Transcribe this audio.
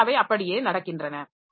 எனவே அவை அப்படியே நடக்கின்றன